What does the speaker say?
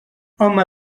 home